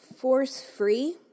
Force-free